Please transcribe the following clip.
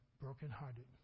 brokenhearted